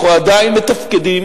אנחנו עדיין מתפקדים